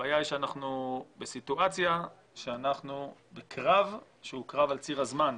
הבעיה היא שאנחנו בסיטואציה שאנחנו בקרב על ציר הזמן.